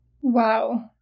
Wow